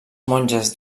monges